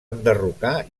enderrocar